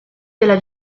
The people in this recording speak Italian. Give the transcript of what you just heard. della